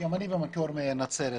גם אני במקור מנצרת.